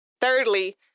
Thirdly